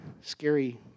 scary